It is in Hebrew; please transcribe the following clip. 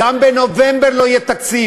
גם בנובמבר לא יהיה תקציב.